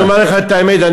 אני אומר לך את האמת,